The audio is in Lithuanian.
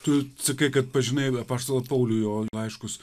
tu sakai kad pažinai apaštalą paulių jo laiškus